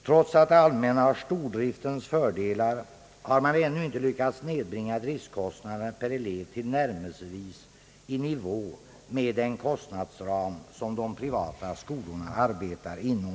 Trots att det allmänna har stordriftens fördelar har man ännu inte lyckats nedbringa driftkostnaden per elev tillnärmelsevis i nivå med den kostnadsram som de privata skolorna arbetar inom.